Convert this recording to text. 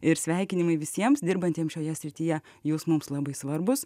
ir sveikinimai visiems dirbantiems šioje srityje jūs mums labai svarbus